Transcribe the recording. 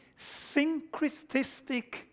syncretistic